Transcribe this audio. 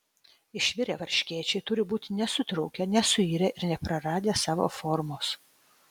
išvirę varškėčiai turi būti nesutrūkę nesuirę ir nepraradę savo formos